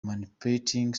manipulating